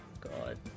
God